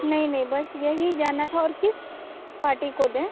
नहीं नहीं बस यही जानना था और किस पार्टी को दें